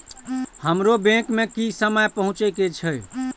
हमरो बैंक में की समय पहुँचे के छै?